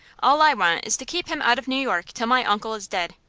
all i want is to keep him out of new york till my uncle is dead.